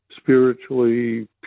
spiritually